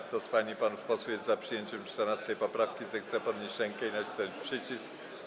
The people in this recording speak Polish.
Kto z pań i panów posłów jest za przyjęciem 14. poprawki, zechce podnieść rękę i nacisnąć przycisk.